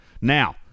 Now